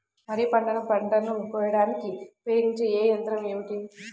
వరిపంటను పంటను కోయడానికి ఉపయోగించే ఏ యంత్రం ఏమిటి?